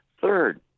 Third